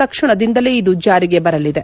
ತಕ್ಷಣದಿಂದಲೇ ಇದು ಜಾರಿಗೆ ಬರಲಿದೆ